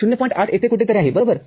८ येथे कुठेतरी आहेबरोबर आहे